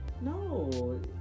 No